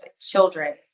children